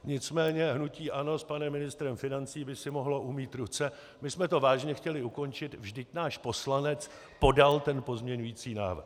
Nicméně hnutí ANO s panem ministrem financí by si mohlo umýt ruce: My jsme to vážně chtěli ukončit, vždyť náš poslanec podal ten pozměňující návrh.